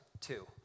two